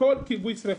הכול כיבוי שריפות.